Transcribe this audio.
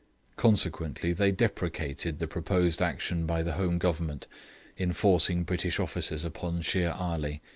consequently they deprecated the proposed action by the home government in forcing british officers upon shere ali.